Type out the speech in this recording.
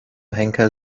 henker